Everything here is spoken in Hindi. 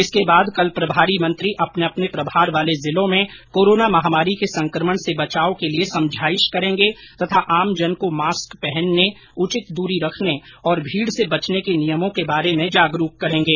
इसके बाद कल प्रभारी मंत्री अपर्ने अपने प्रभार वाले जिलों में कोरोना महामारी के संक्रमण से बचाव के लिए समझाइश करेंगे तथा आमजन को मास्क पहनने उचित दूरी रखने और भीड़ से बचने के नियमों के बारे में जागरूक करेंगे